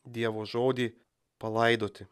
dievo žodį palaidoti